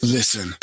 Listen